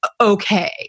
okay